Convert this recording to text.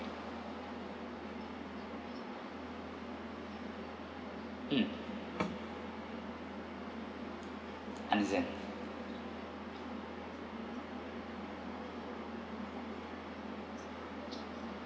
mm understand